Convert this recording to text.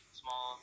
small